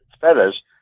feathers